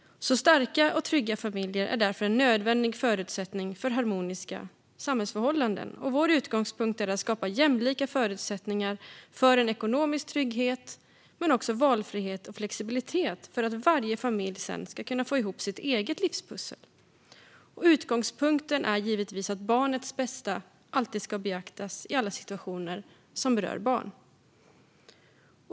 Starka och trygga familjer är därför en nödvändig förutsättning för harmoniska samhällsförhållanden. Vår utgångspunkt är att skapa jämlika förutsättningar för en ekonomisk trygghet men också för valfrihet och flexibilitet för att varje familj sedan ska kunna få ihop sitt eget livspussel. Utgångspunkten är givetvis att barnets bästa alltid ska beaktas i alla situationer som berör barn.